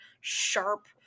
sharp